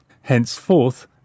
Henceforth